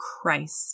Christ